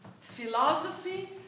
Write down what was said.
Philosophy